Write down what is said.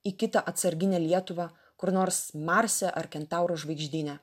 į kitą atsarginę lietuvą kur nors marse ar kentauro žvaigždyne